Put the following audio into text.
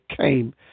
came